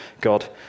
god